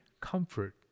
comfort